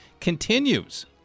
continues